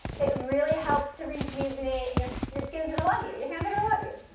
it really helps to rejuvenate and your your skin's gonna love you, your hands are gonna love you.